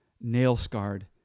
nail-scarred